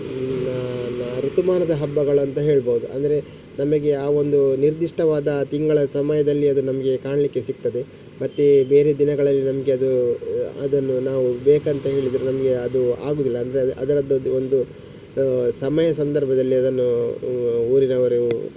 ನ ನ ಋತುಮಾನದ ಹಬ್ಬಗಳು ಅಂತ ಹೇಳ್ಬೋದು ಅಂದರೆ ನಮಗೆ ಆ ಒಂದು ನಿರ್ದಿಷ್ಟವಾದ ತಿಂಗಳ ಸಮಯದಲ್ಲಿ ಅದು ನಮಗೆ ಕಾಣಲಿಕ್ಕೆ ಸಿಗ್ತದೆ ಮತ್ತೆ ಬೇರೆ ದಿನಗಳಲ್ಲಿ ನಮಗೆ ಅದು ಅದನ್ನು ನಾವು ಬೇಕಂತ ಹೇಳಿದರೆ ನಮಗೆ ಅದು ಆಗುವುದಿಲ್ಲ ಅಂದರೆ ಅದರದ್ದು ಒಂದು ಸಮಯ ಸಂದರ್ಭದಲ್ಲೇ ಅದನ್ನು ಊರಿನವರು